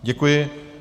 Děkuji.